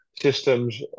systems